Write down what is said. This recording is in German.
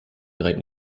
drei